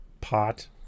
pot